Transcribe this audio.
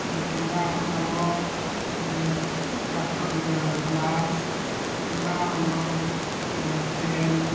କିମ୍ବା ଆମର କାଚ ଗ୍ଲାସ୍ କିମ୍ବା ଆମର ଚେନ୍